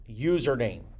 username